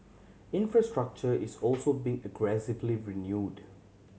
infrastructure is also being aggressively renewed